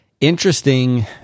interesting